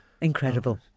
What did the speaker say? Incredible